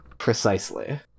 Precisely